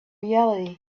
reality